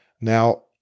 Now